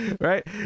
Right